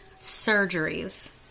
surgeries